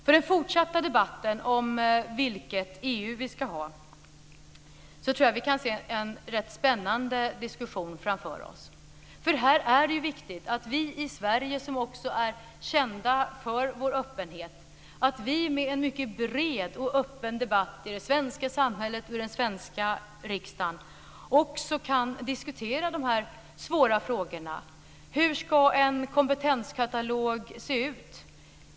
I den fortsatta debatten om vilket EU vi ska ha tror jag att vi kan se en rätt spännande diskussion framför oss, för här är det viktigt att vi i Sverige, som är kända för vår öppenhet, med en mycket bred och öppen debatt i det svenska samhället och i den svenska riksdagen också kan diskutera dessa svåra frågor: Hur ska en kompetenskatalog se ut?